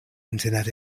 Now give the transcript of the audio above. internet